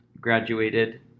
graduated